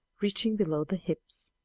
reaching below the hips.